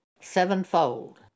sevenfold